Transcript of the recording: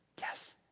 Yes